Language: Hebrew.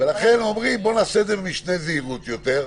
ולכן הם אומרים: בואו נעשה את זה במשנה זהירות יותר,